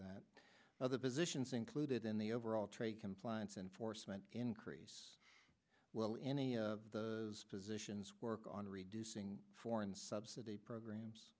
other positions included in the overall trade compliance enforcement increase well any positions work on reducing foreign subsidy programs